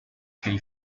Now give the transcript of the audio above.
cave